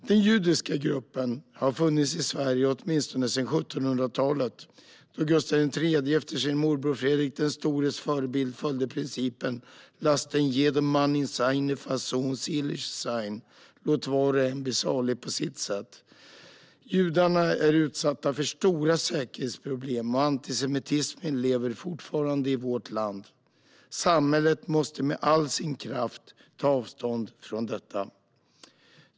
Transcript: Den judiska gruppen har funnits i Sverige åtminstone sedan 1700-talet, då Gustav III efter sin morbror Fredrik den stores förebild följde principen: lass denn jeder Mann in seiner Fasson selig sein - låt var och en bli salig på sitt sätt. Judarna är utsatta för stora säkerhetsproblem, och antisemitismen lever fortfarande i vårt land. Samhället måste med all sin kraft ta avstånd från detta.